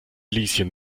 lieschen